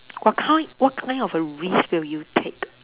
what kind what kind of a risk will you take